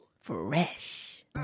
fresh